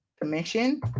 commission